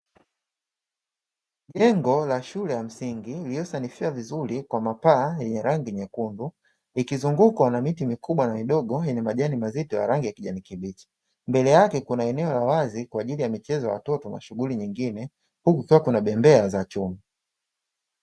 jengo la shule ya msingi lililosanifiwa vizuri kwa mapaa yenye rangi nyekundu likizungukwa na miti mikubwa na midogo yenye majani mazito ya rangi ya kijani kibichi. Mbele yake kuna eneo la wazi kwa ajili ya michezo ya watoto na shughuli nyingine huku kukiwa na bembea za chuma.